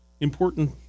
important